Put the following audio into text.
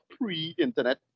pre-internet